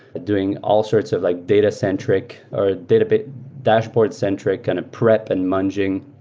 doing all sorts of like data-centric or data bit dashboard-centric kind of prep and munging.